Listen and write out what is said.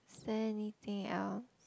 is there anything else